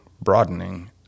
broadening